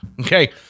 Okay